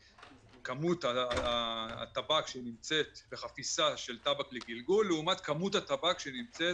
כמובן שיכול להיות שיש מישהו שבתהליך הגלגול נופל לו קצת טבק.